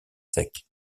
secs